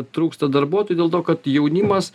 trūksta darbuotojų dėl to kad jaunimas